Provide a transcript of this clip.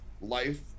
Life